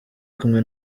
kumwe